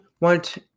want